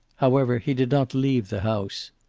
however, he did not leave the house.